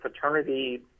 fraternity